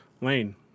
Lane